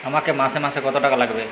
আমাকে মাসে মাসে কত টাকা লাগবে?